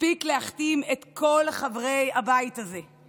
מספיק להכתים את כל חברי הבית הזה,